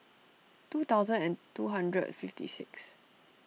two thousand and two hundred fifty six